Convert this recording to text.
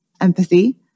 empathy